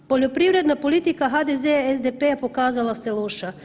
Poljoprivredna politika HDZ SDP je pokazala se loša.